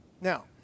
Now